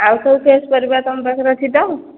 ଆଉ କେଉଁ ଫ୍ରେସ୍ ପରିବା ତୁମ ପାଖରେ ଅଛି ତ